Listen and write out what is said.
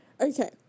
okay